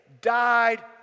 died